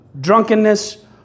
drunkenness